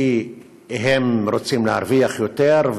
כי הם רוצים להרוויח יותר,